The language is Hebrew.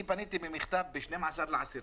אני פניתי במכתב ב-12 באוקטובר